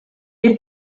est